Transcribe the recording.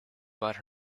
brought